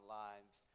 lives